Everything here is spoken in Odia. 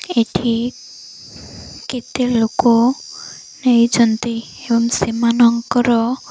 ଏଠି କେତେ ଲୋକ ନେଇଛନ୍ତି ଏବଂ ସେମାନଙ୍କର